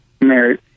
Married